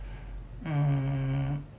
mm